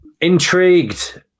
Intrigued